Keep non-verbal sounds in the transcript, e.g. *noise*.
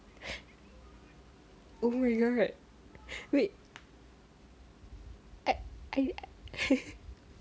*laughs* oh my god wait tak *laughs*